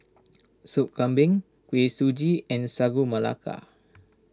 Soup Kambing Kuih Suji and Sagu Melaka